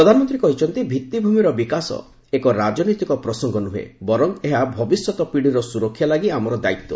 ପ୍ରଧାନମନ୍ତ୍ରୀ କହିଛନ୍ତି ଭିଭିଭୂମିର ବିକାଶ ଏକ ରାଜନୈତିକ ପ୍ରସଙ୍ଗ ନୁହେଁ ବରଂ ଏହା ଭବିଷ୍ୟତ ପିଢ଼ିର ସୁରକ୍ଷା ଲାଗି ଆମର ଦାୟିତ୍ୱ